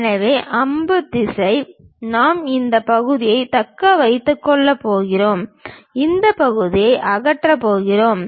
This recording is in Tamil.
எனவே அம்பு திசை நாம் இந்த பகுதியை தக்க வைத்துக் கொள்ளப் போகிறோம் இந்த பகுதியை அகற்றப் போகிறோம்